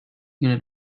unit